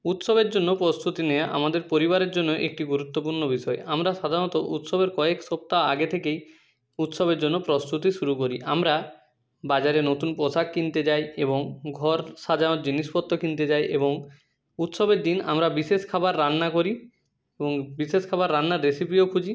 উৎসবের জন্য প্রস্তুতি নেওয়া আমাদের পরিবারের জন্য একটি গুরুত্বপূর্ণ বিষয় আমরা সাধারণত উৎসবের কয়েক সপ্তাহ আগে থেকেই উৎসবের জন্য প্রস্তুতি শুরু করি আমরা বাজারে নতুন পোশাক কিনতে যাই এবং ঘর সাজানোর জিনিসপত্র কিনতে যাই এবং উৎসবের দিন আমরা বিশেষ খাবার রান্না করি এবং বিশেষ খাবার রান্নার রেসিপিও খুঁজি